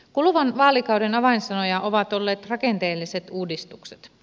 kuluvan vaalikauden avainsanoja ovat olleet rakenteelliset uudistukset